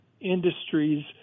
industries